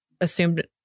assumed